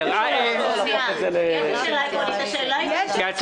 השאלה אם אין פה איזו זחילה של תשלום.